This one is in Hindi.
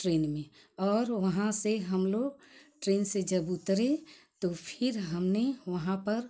ट्रेन में और वहाँ से हम लोग ट्रेन से जब उतरे तो फिर हमने वहाँ पर